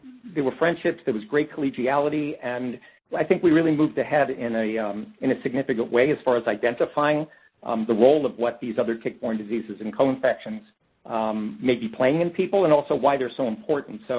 were friendships, there was great collegiality. and i think we really moved ahead in ah yeah um in a significant way, as far as identifying um the role of what these other tick-borne diseases and co-infections may be playing in people, and also why they're so important. so